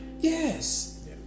Yes